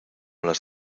las